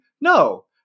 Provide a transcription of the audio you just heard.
No